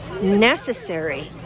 necessary